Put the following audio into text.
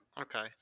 Okay